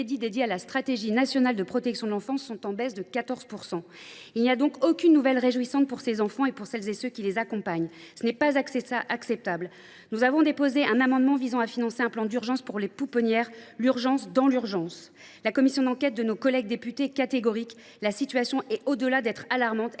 dédiés à la stratégie nationale de protection de l’enfance sont en baisse de 14 %. Il n’y a donc aucune nouvelle réjouissante pour ces enfants et pour celles et ceux qui les accompagnent, ce qui n’est pas acceptable. Aussi, nous avons déposé un amendement visant à financer un plan d’urgence pour les pouponnières – l’urgence dans l’urgence ! La commission d’enquête de nos collègues députés est catégorique : la situation est plus qu’alarmante,